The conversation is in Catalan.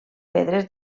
pedres